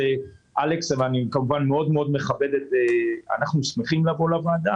ואנחנו כמובן שמחים לבוא לוועדה.